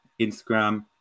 Instagram